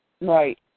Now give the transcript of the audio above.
Right